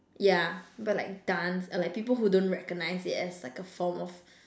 ya but like dance uh like people don't recognise it as like a form of